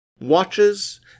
watches